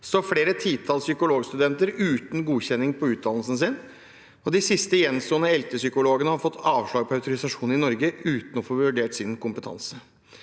står flere titalls psykologistudenter uten godkjenning av utdannelsen sin. De siste gjenstående ELTE-psykologene har fått avslag på autorisasjon i Norge, uten å ha fått vurdert sin kompetanse.